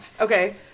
okay